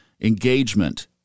engagement